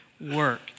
work